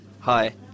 hi